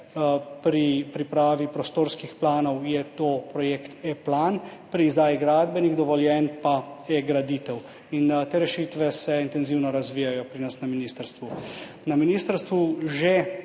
Pri pripravi prostorskih planov je to projekt ePlan, pri izdaji gradbenih dovoljenj pa eGraditev. Te rešitve se intenzivno razvijajo pri nas na ministrstvu. Na ministrstvu že